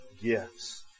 gifts